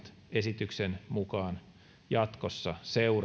esityksen mukaan jatkossa seuraavasti